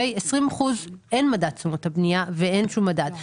20% אין מדד תשומות הבנייה ואין שום מדד,